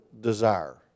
desire